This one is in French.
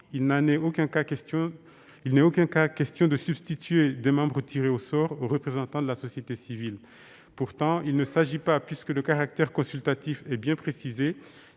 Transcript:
il n'est en aucun cas question de substituer des membres tirés au sort aux représentants de la société civile. Il ne s'agit pas non plus, puisque le caractère consultatif est bien précisé,